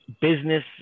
business